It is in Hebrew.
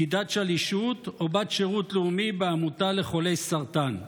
פקידת שלישות או בת שירות לאומי בעמותה לחולי סרטן?